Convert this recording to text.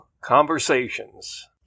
Conversations